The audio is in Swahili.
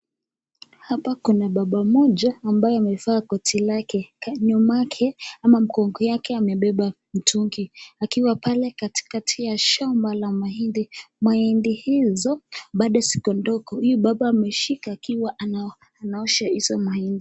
Haoa kuna baba mmoja ambaye amevaa koti lake, nyuma yake ama mgongo yake amebeba mtungi, akiwa pale katikati ya shamba la mahindi, mahindi hizo bado ziko ndogo, hii baba ameshika akiwa anaosha hii mahindi.